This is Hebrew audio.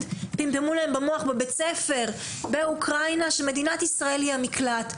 אמרו להם בבית הספר באוקראינה שמדינת ישראל היא המקלט.